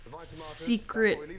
secret